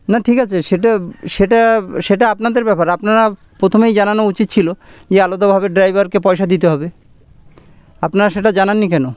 না ঠিক আছে সেটা সেটা সেটা আপনাদের ব্যাপার আপনারা প্রথমেই জানানো উচিত ছিল যে আলাদা ভাবে ড্রাইভারকে পয়সা দিতে হবে আপনারা সেটা জানাননি কেন